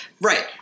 right